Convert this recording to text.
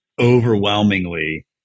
Overwhelmingly